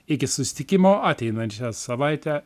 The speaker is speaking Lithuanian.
iki susitikimo ateinančią savaitę